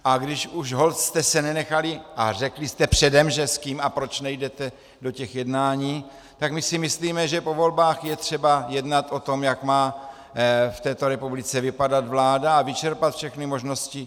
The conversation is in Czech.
A když už holt jste se nenechali a řekli jste předem, že s kým a proč nejdete do těch jednání, tak my si myslíme, že po volbách je třeba jednat o tom, jak má v této republice vypadat vláda, a vyčerpat všechny možnosti.